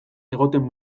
egoten